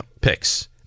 picks